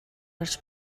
орж